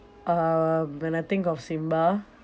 um when I think of simba